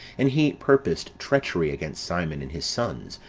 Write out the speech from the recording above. and he purposed treachery against simon and his sons,